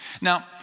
Now